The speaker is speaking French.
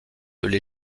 les